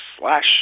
slash